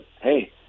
hey